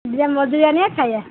ବିଲ ମଜୁରି ଆଣିବା ଖାଇବା